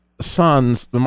sons